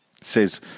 Says